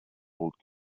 old